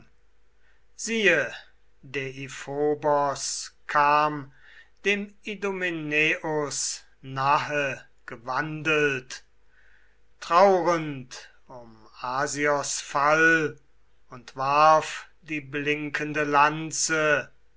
siehe dephobos kam dem idomeneus nahe gewandelt traurend um asios fall und warf die blinkende lanze